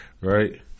right